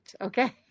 Okay